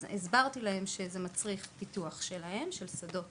אז הסברתי להם שזה מצריך פיתוח שלהם, של שדות